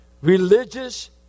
religious